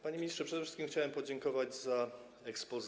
Panie ministrze, przede wszystkim chciałbym podziękować za exposé.